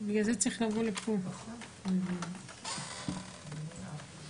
אפילו יותר מרט"ג.